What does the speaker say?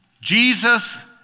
Jesus